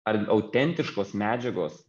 ar autentiškos medžiagos